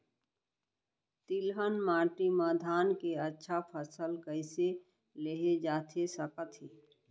तिलहन माटी मा धान के अच्छा फसल कइसे लेहे जाथे सकत हे?